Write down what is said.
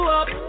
up